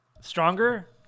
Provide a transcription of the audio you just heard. Stronger